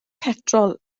petrol